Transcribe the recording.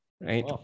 right